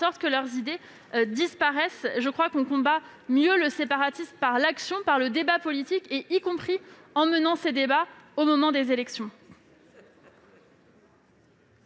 les idées qu'elles véhiculent. Je crois que l'on combat mieux le séparatisme par l'action et le débat politique, y compris en menant ces débats au moment des élections.